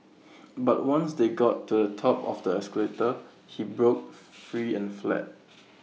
but once they got to A top of the escalator he broke free and fled